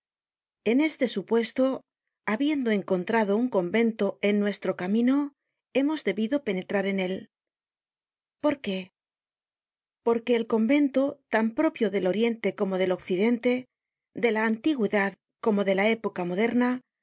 en este supuesto habiendo encontrado un convento en nuestro camino hemos debido penetrar en él por qué porque el convento tan propio del oriente como del occidente de la antigüedad como de la época moderna del